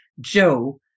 Joe